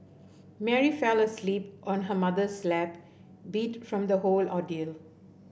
Mary fell asleep on her mother's lap beat from the whole ordeal